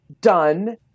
done